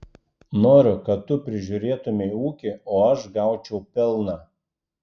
noriu kad tu prižiūrėtumei ūkį o aš gaučiau pelną